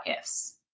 ifs